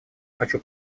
хочу